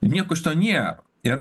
nieko šito nėr ir